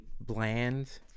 bland